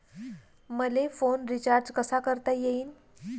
मले phone recharge कसा करता येईन?